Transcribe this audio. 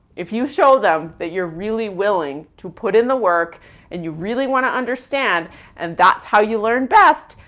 if you show them that you're really willing to put in the work and you really wanna understand and that's how you learn best,